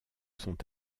sont